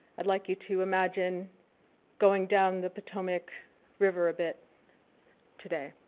i'd like you to imagine going down the potomac river a bit today